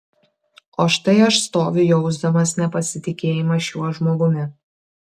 o štai aš stoviu jausdamas nepasitikėjimą šiuo žmogumi